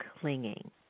clinging